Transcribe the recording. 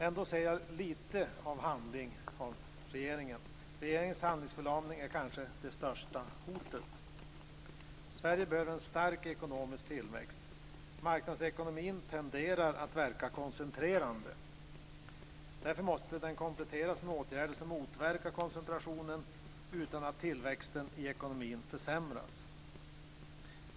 Ändå ser jag lite av handling från regeringens sida. Regeringens handlingsförlamning är kanske det största hotet. Sverige behöver en stark ekonomisk tillväxt. Marknadsekonomin tenderar att verka koncentrerande. Därför måste den kompletteras med åtgärder som motverkar koncentrationen utan att tillväxten i ekonomin försämras.